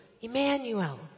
Emmanuel